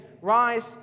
rise